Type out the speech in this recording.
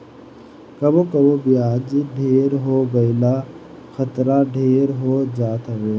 कबो कबो बियाज ढेर हो गईला खतरा ढेर हो जात हवे